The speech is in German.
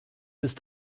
ist